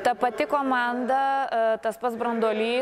ta pati komanda tas pats branduolys